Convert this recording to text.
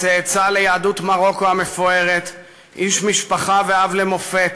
צאצא ליהדות מרוקו המפוארת, איש משפחה ואב למופת.